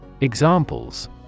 Examples